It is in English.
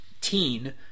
teen